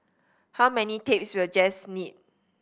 how many tapes will Jess need